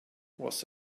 was